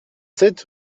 sept